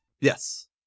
Yes